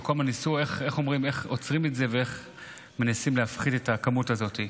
וכל הזמן ניסו לעצור את זה ולהפחית את הכמות הזאת.